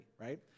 right